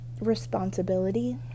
responsibility